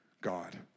God